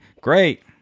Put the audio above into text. Great